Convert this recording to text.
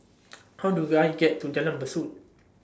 How Do I get to Jalan Besut